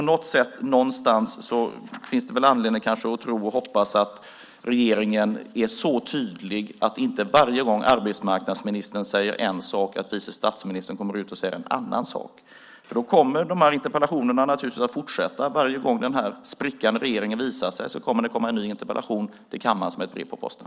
Någonstans finns väl anledning att tro och hoppas att regeringen är så tydlig att inte vice statsministern varje gång arbetsmarknadsministern säger en sak kommer ut och säger en annan sak. För då kommer naturligtvis de här interpellationerna att fortsätta. Varje gång den här sprickan i regeringen visar sig kommer det att komma en ny interpellation till kammaren som ett brev på posten.